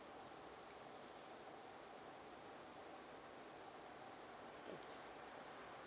mm